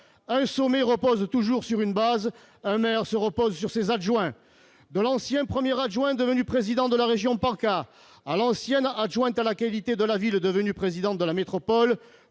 un sommet repose toujours sur une base. Un maire se repose sur ses adjoints. De l'ancien premier adjoint, devenu président de la région PACA, à l'ancienne adjointe à la qualité de la ville, devenue présidente de la métropole,